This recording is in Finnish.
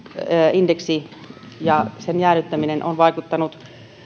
indeksin jäädyttäminen on vaikuttanut